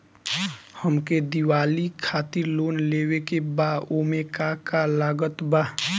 हमके दिवाली खातिर लोन लेवे के बा ओमे का का लागत बा?